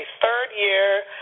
third-year